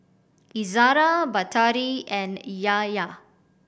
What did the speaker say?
Izara Batari and Yahya